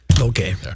Okay